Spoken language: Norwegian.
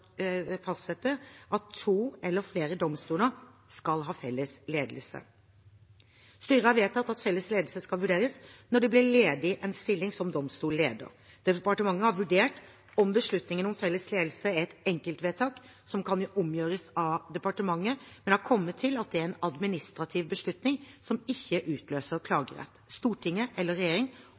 at to eller flere domstoler skal ha felles ledelse. Styret har vedtatt at felles ledelse skal vurderes når det blir ledig en stilling som domstolsleder. Departementet har vurdert om beslutningene om felles ledelse er et enkeltvedtak som kan omgjøres av departementet, men har kommet til at det er en administrativ beslutning som ikke utløser klagerett. Stortinget eller